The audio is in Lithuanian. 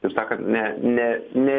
taip sakant ne ne ne